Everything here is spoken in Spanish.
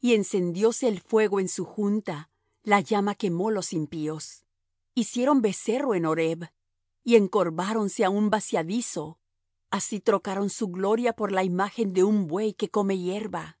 y encendióse el fuego en su junta la llama quemó los impíos hicieron becerro en horeb y encorváronse á un vaciadizo así trocaron su gloria por la imagen de un buey que come hierba